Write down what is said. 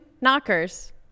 knockers